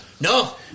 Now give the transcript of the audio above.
No